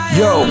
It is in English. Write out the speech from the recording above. yo